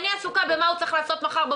אני קורסת תחת הנטל שלגידול שני תינוקות לבד.